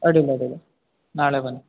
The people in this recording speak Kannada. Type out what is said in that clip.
ಅಡ್ಡಿಲ್ಲ ಅಡ್ಡಿಲ್ಲ ನಾಳೆ ಬನ್ನಿ